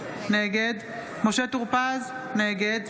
נגד משה טור פז, נגד